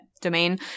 domain